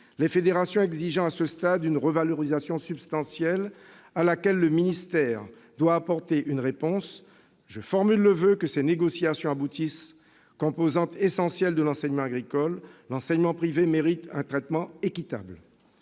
les fédérations exigeant à ce stade une revalorisation substantielle, demande à laquelle le ministère doit apporter une réponse. Je forme le voeu que ces négociations aboutissent. Composante essentielle de l'enseignement agricole, le secteur privé mérite un traitement équitable.